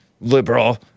liberal